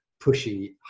pushy